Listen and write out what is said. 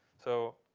so